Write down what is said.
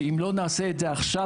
שאם לא נעשה את זה עכשיו,